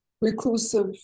reclusive